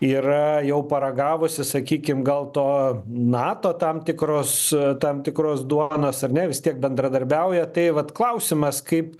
yra jau paragavusi sakykim gal to nato tam tikros tam tikros duonos ar ne vis tiek bendradarbiauja tai vat klausimas kaip